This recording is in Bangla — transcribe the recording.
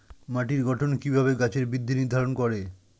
মাটির গঠন কিভাবে গাছের বৃদ্ধি নির্ধারণ করে?